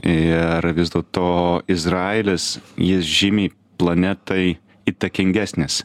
ir vis dėlto izraelis jis žymiai planetai įtakingesnis